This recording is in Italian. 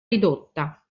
ridotta